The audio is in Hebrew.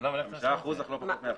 5% אך לא פחות מאחד.